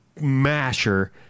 masher